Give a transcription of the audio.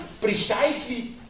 precisely